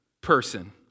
person